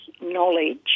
knowledge